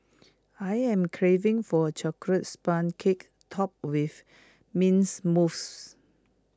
I am craving for A Chocolate Sponge Cake Topped with mints mousse